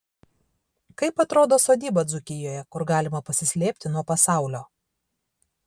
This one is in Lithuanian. kaip atrodo sodyba dzūkijoje kur galima pasislėpti nuo pasaulio